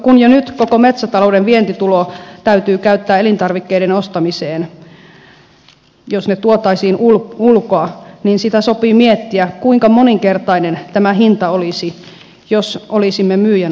kun jo nyt koko metsätalouden vientitulo täytyy käyttää elintarvikkeiden ostamiseen niin sitä sopii miettiä kuinka moninkertainen tämä hinta olisi jos ne tuotaisiin ulkoa ja olisimme myyjän armoilla